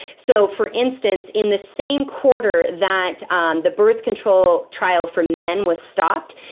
so for instance, in the same quarter that um the birth control trial for men was stopped,